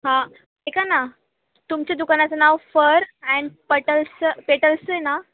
हा ऐका ना तुमच्या दुकानाचं नाव फर अँड पटल्सचं पेटल्स आहे ना